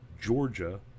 Georgia